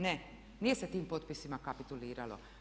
Ne, nije se tim potpisima kapituliralo.